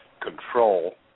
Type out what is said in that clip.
control